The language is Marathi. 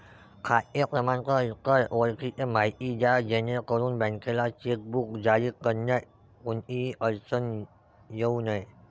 खाते क्रमांक, इतर ओळखीची माहिती द्या जेणेकरून बँकेला चेकबुक जारी करण्यात कोणतीही अडचण येऊ नये